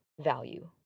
value